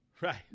right